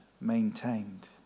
maintained